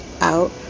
out